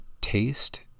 taste